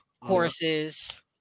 courses